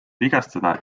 vigastada